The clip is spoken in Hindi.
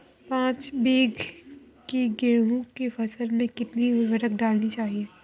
पाँच बीघा की गेहूँ की फसल में कितनी उर्वरक डालनी चाहिए?